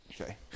Okay